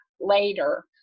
later